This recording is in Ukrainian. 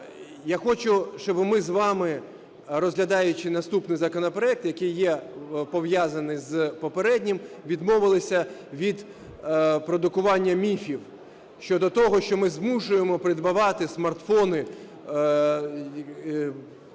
Я хочу, щоб ми з вами, розглядаючи наступний законопроект, який є пов'язаний з попереднім, відмовилися від продукування міфів щодо того, що ми змушуємо придбавати сматфони